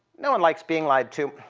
no one likes being lied to,